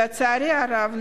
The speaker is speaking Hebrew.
לצערי הרב,